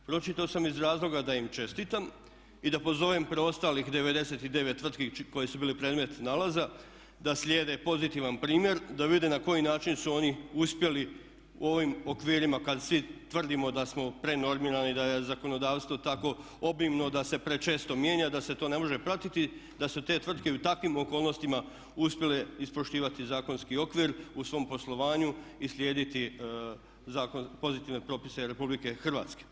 Pročitao sam iz razloga da im čestitam i da pozovem preostalih 99 tvrtki koje su bile predmet nalaza da slijede pozitivan primjer da vide na koji način su oni uspjeli u ovim okvirima kad svi tvrdimo da smo prenormirani, da je zakonodavstvo tako obimno da se prečesto mijenja, da se to ne može pratiti, da su te tvrtke i u takvim okolnostima uspjele ispoštivati zakonski okvir u svom poslovanju i slijediti pozitivne propise Republike Hrvatske.